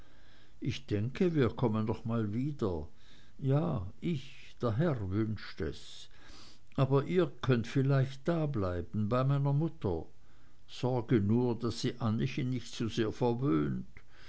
ich denke wir kommen noch mal wieder ja ich der herr wünscht es aber ihr könnt vielleicht dableiben bei meiner mutter sorge nur daß sie anniechen nicht zu sehr verwöhnt